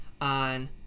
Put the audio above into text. on